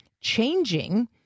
changing